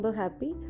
happy